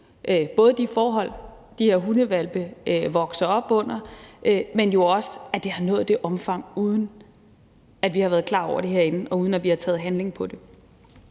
både de forhold, de her hundehvalpe vokser op under, men jo også, at det har nået det omfang, uden at vi har været klar over det herinde, og uden at vi har handlet på det.